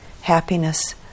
happiness